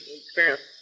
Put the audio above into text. experience